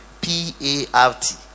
P-A-R-T